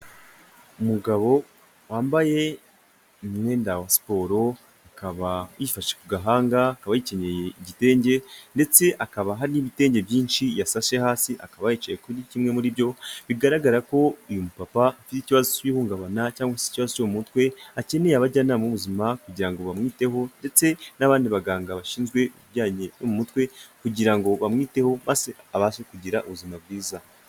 Umugabo wambaye umwenda wa siporo akaba yifashe ku gahanga, akaba yikenyeye igitenge, ndetse akaba hari n'ibitenge byinshi yasashe hasi akaba yicaye kuri kimwe muri byo, bigaragara ko uyu papa afite ikibazo cy'ihungabana cyangwa se ikibazo cyo mu mutwe akeneye abajyanama w'ubuzima kugira ngo bamwiteho ndetse n'abandi baganga bashinzwe ibijyanye no mutwe kugira ngo bamwite basi abashe kugira ubuzima .